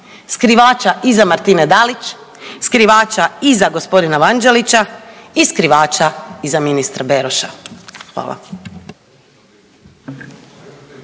skrivača iza Martine Dalić, skrivača iza gospodina Vanđelića i skrivača iza ministra Beroša. Hvala.